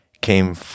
came